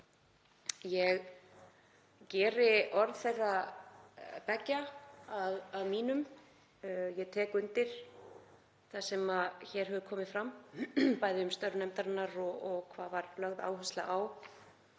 Ég geri orð þeirra beggja að mínum. Ég tek undir það sem hér hefur komið fram, bæði um störf nefndarinnar og hvað áhersla